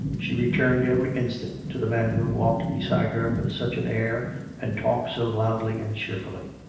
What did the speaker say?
she returned every instant to the man who walked beside her with such an air and talked so loudly and cheerfully.